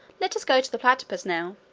let us go to the platypus now.